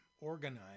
organize